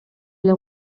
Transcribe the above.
эле